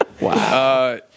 Wow